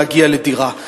להגיע לדירה.